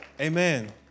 amen